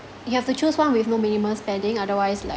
you have to choose one with no minimum spending otherwise like